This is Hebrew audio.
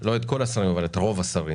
לא את כל השרים אבל את רוב השרים,